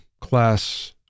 class